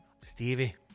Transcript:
Stevie